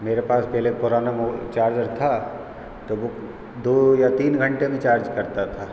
मेरे पास पहले पुराना चार्जर था तो वह दो या तीन घंटे में चार्ज करता था